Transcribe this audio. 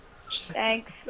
Thanks